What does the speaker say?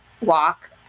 walk